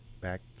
Back